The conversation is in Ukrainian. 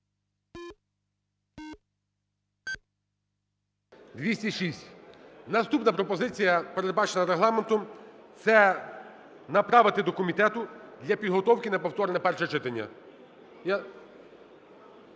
За-206 Наступна пропозиція, передбачена Регламентом, це направити до комітету для підготовки на повторне перше читання,